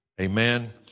Amen